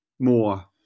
More